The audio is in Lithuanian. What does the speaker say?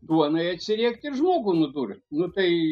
duonai atsiriekt žmogui nudurt nu tai